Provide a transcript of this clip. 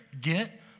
get